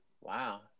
Wow